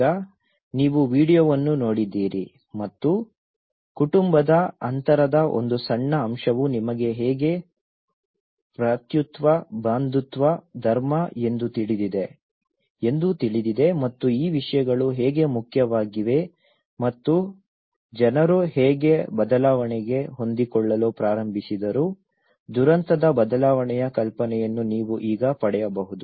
ಈಗ ನೀವು ವೀಡಿಯೊವನ್ನು ನೋಡಿದ್ದೀರಿ ಮತ್ತು ಕುಟುಂಬದ ಅಂತರದ ಒಂದು ಸಣ್ಣ ಅಂಶವೂ ನಿಮಗೆ ಹೇಗೆ ಭ್ರಾತೃತ್ವ ಬಂಧುತ್ವ ಧರ್ಮ ಎಂದು ತಿಳಿದಿದೆ ಮತ್ತು ಈ ವಿಷಯಗಳು ಹೇಗೆ ಮುಖ್ಯವಾಗಿವೆ ಮತ್ತು ಜನರು ಹೇಗೆ ಬದಲಾವಣೆಗೆ ಹೊಂದಿಕೊಳ್ಳಲು ಪ್ರಾರಂಭಿಸಿದರು ದುರಂತದ ಬದಲಾವಣೆಯ ಕಲ್ಪನೆಯನ್ನು ನೀವು ಈಗ ಪಡೆಯಬಹುದು